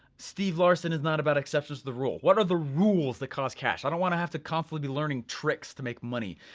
steve larsen is not about exceptions to the rule. what are the rules that cause cash? i don't want to have to be constantly learning tricks to make money.